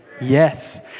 Yes